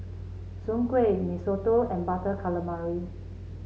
Soon Kway Mee Soto and Butter Calamari